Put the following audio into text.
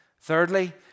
Thirdly